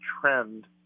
trend